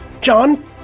John